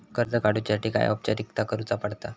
कर्ज काडुच्यासाठी काय औपचारिकता करुचा पडता?